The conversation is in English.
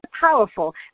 powerful